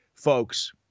folks